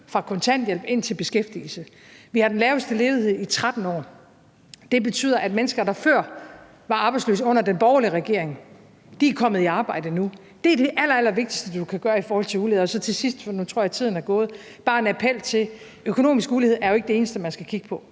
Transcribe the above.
fra kontanthjælp til beskæftigelse. Vi har den laveste ledighed i 13 år, og det betyder, at mennesker, der før var arbejdsløse, under den borgerlige regering, nu er kommet i arbejde. Det er det allerallervigtigste, du kan gøre i forhold til ulighed. Så til sidst, for nu tror jeg, at tiden er gået, vil jeg bare komme med en appel: Økonomisk ulighed er jo ikke det eneste, man skal kigge på;